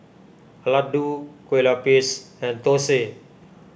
Laddu Kue Lupis and Thosai